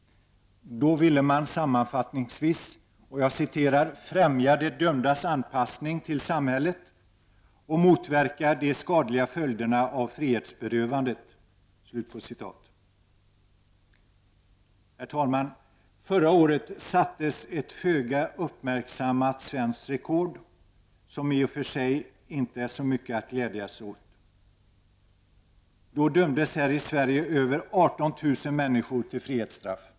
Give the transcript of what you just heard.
Då ville man sammanfattningsvis ”främja de dömdas anpassning till samhället och motverka de skadliga följderna av frihetsberövandet”. Herr talman! Förra året sattes ett föga uppmärksammat svenskt rekord som i och för sig inte är så mycket att glädja sig över. Fler än 18 000 människor dömdes då i Sverige till frihetsstraff.